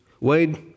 Wade